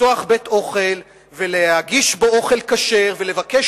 לפתוח בית-אוכל ולהגיש בו אוכל כשר ולבקש